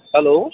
hello